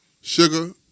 sugar